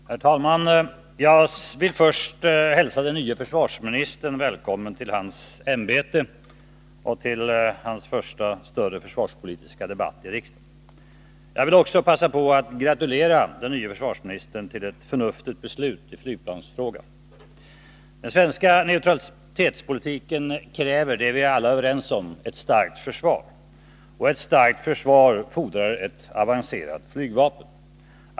Herr talman! Jag vill först hälsa den nye försvarsministern välkommen till hans ämbete och till hans första större försvarspolitiska debatt i riksdagen. Jag vill också passa på att gratulera försvarsministern till ett förnuftigt beslut i flygplansfrågan. Den svenska neutralitetspolitiken kräver ett starkt försvar — det är vi alla överens om — och ett starkt försvar fordrar ett avancerat flygvapen.